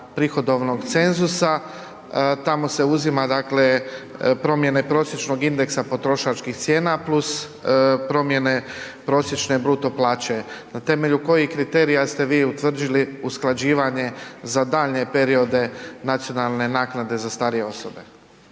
prihodovnog cenzusa. Tamo se uzima dakle promjene prosječnog indeksa potrošačkih cijena plus promjene bruto plaće. Na temelju kojih kriterija ste vi utvrdili usklađivanje za daljnje periode nacionalne naknade za starije osobe?